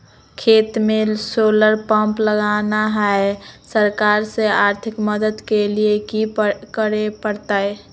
खेत में solar pump लगाना है, सरकार से आर्थिक मदद के लिए की करे परतय?